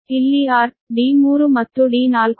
ಆದ್ದರಿಂದ 0